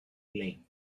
klein